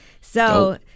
So-